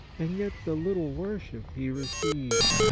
and yet the little worship he receives.